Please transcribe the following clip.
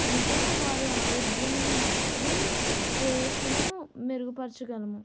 ఇంకా వారి ఆరోగ్యం నుండి శ్రేయస్సును మెరుగుపరచగలము